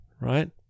right